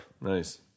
Nice